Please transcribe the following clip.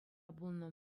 пулнӑ